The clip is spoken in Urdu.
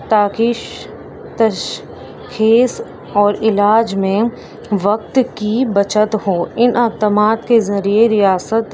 تاکہ تشخیص اور علاج میں وقت کی بچت ہو ان اکدامات کے ذریعے ریاست